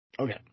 Okay